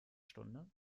stunde